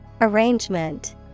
Arrangement